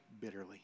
bitterly